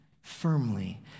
firmly